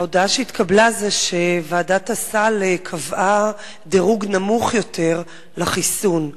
ההודעה שהתקבלה היא שוועדת הסל קבעה דירוג נמוך יותר לחיסון.